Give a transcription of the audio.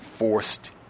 forced